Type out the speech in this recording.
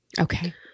Okay